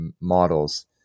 models